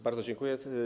Bardzo dziękuję.